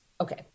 okay